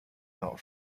not